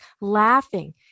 laughing